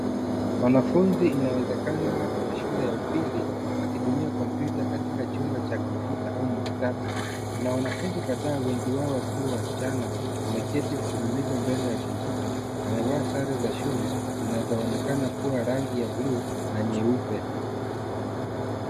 Wanafunzi inawezekana wa shule ya upili wakitumia kompyuta katika chumba cha kompyuta au maktaba. Kuna wanafunzi kadhaa wengi wao wakiwa wasichana, wameketi mfululizo mbele ya kompyuta, wamevaa sare zinazoonekana kwa rangi za buluu na nyeupe.